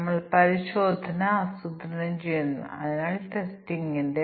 തീരുമാന പട്ടിക പരിശോധന ഞങ്ങൾ എങ്ങനെ വികസിപ്പിക്കും